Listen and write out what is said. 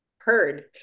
heard